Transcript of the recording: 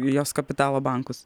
jos kapitalo bankus